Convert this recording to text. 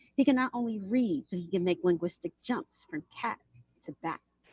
he cannot only read, but he can make linguistic jumps from cat to bat.